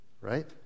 right